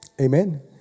Amen